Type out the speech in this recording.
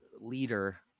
leader